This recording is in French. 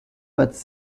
pâtes